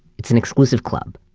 it's an exclusive club,